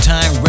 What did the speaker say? Time